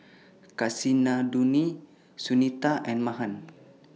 Kasinadhuni Sunita and Mahan